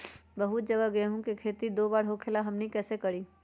बहुत जगह गेंहू के खेती दो बार होखेला हमनी कैसे करी?